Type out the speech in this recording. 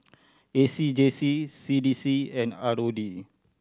A C J C C D C and R O D